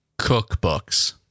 Cookbooks